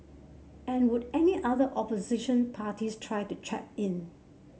and would any other opposition parties try to chap in